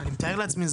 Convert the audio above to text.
אני מתאר לעצמי,